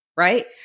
Right